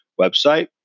website